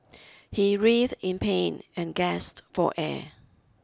he writhe in pain and gasped for air